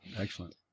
Excellent